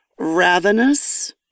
Ravenous